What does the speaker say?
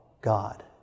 God